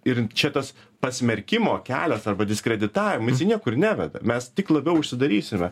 ir čia tas pasmerkimo kelias arba diskreditavo jisai niekur neveda mes tik labiau užsidarysime